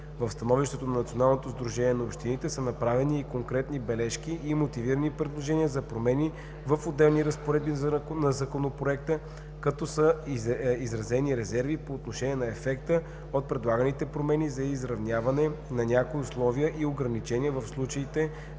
В становището на Националното сдружение на общините в Република България са направени и конкретни бележки и мотивирани предложения за промени в отделни разпоредби на Законопроекта, като са изразени резерви по отношение на ефекта от предлаганите промени за изравняване на някои условия и ограничения в случаите